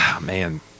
man